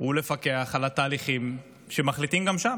הוא לפקח על התהליכים שמחליטים גם שם.